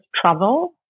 travel